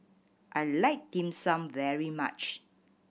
I like Dim Sum very much